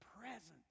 presence